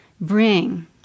bring